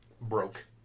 broke